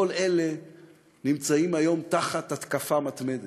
כל אלה נמצאים היום תחת התקפה מתמדת.